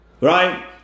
right